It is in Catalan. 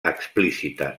explícita